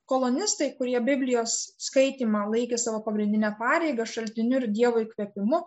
kolonistai kurie biblijos skaitymą laikė savo pagrindine pareigą šaltiniu ir dievo įkvėpimu